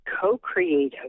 co-creative